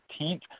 18th